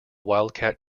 wildcat